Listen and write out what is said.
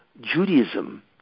Judaism